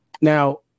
now